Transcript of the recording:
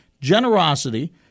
generosity